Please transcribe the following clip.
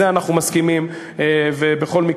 אנחנו לא